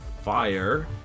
fire